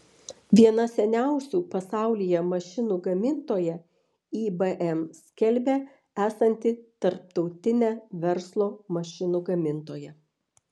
viena seniausių pasaulyje mašinų gamintoja ibm skelbia esanti tarptautine verslo mašinų gamintoja